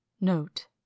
Note